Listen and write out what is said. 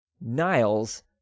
Niles